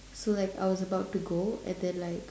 so like I was about to go and then like